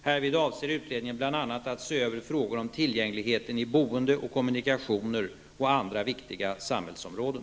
Härvid avser utredningen bl.a. att se över frågor om tillgängligheten i boende och kommunikationer samt inom andra viktiga samhällsområden.